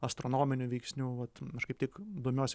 astronominių veiksnių vat aš kaip tik domiuosi